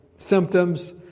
symptoms